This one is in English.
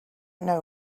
know